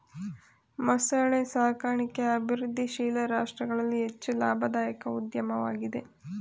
ಮೊಸಳೆ ಸಾಕಣಿಕೆ ಅಭಿವೃದ್ಧಿಶೀಲ ರಾಷ್ಟ್ರಗಳಲ್ಲಿ ಹೆಚ್ಚು ಲಾಭದಾಯಕ ಉದ್ಯಮವಾಗಿದೆ